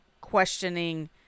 questioning